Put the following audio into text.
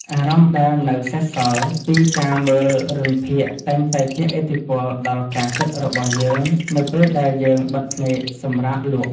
អារម្មណ៍ដែលនៅសេសសល់ពីការមើលរឿងភាគតែងតែជះឥទ្ធិពលដល់ការគិតរបស់យើងនៅពេលដែលយើងបិទភ្នែកសម្រាកលក់។